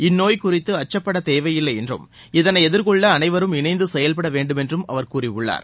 இந்நோய் குறித்து அச்சப்பட தேவையில்லை என்றும் இதனை எதிர்கொள்ள அனைவரும் இணைந்து செயல்பட வேண்டும் என்றும் அவர் கூறியுள்ளார்